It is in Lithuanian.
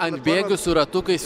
ant bėgių su ratukais